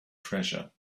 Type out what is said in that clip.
treasure